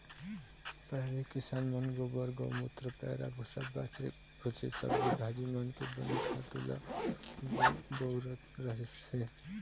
पहिली किसान मन गोबर, गउमूत्र, पैरा भूसा, बाचे खूचे सब्जी भाजी मन के बने खातू ल बउरत रहिस हे